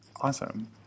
Awesome